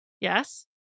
Yes